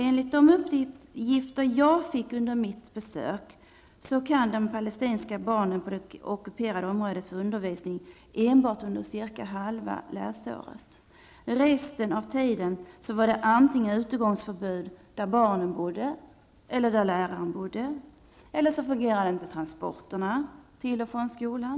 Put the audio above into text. Enligt uppgifter som jag fick vid mitt besök kunde de palestinska barnen på det ockuperade området få undervisning enbart under ca halva läsåret. Resten av tiden var det antingen utegångsförbud där barnen eller läraren bodde eller också fungerade inte transporterna till och från skolan.